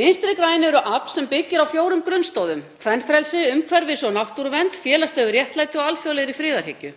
Vinstrihreyfingin – grænt framboð er afl sem byggir á fjórum grunnstoðum: Kvenfrelsi, umhverfis- og náttúruvernd, félagslegu réttlæti og alþjóðlegri friðarhyggju.